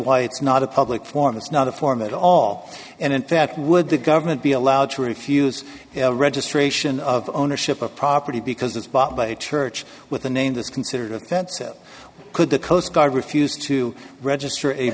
why it's not a public forum it's not a form at all and in fact would the government be allowed to refuse registration of ownership of property because it's bought by a church with a name that's considered a threat so could the coast guard refuse to register